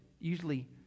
usually